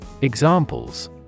examples